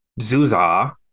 Zuzah